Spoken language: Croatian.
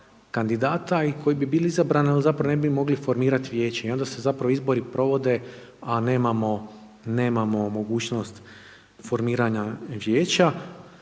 kandidata i koji bi bili izabrani, ali zapravo ne bi mogli formirat vijeće i onda se zapravo izbori provode, a nemamo mogućnost formiranja vijeća.